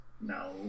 No